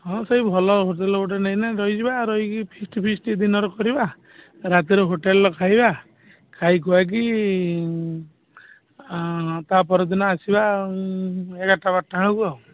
ହଁ ସେଇ ଭଲ ହୋଟେଲ ଗୋଟେ ନେଇନେ ରହିଯିବା ରହିକି ଫିଷ୍ଟ ଫିଷ୍ଟ ଦିନରେ କରିବା ରାତିରେ ହୋଟେଲର ଖାଇବା ଖାଇ ଖୁଆକି ତା'ପରଦିନ ଆସିବା ଏଗାରଟା ବାରଟା ବେଳକୁ ଆଉ